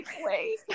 wait